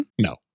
No